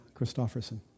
Christofferson